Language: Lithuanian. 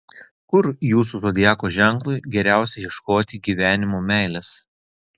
kur jūsų zodiako ženklui geriausia ieškoti gyvenimo meilės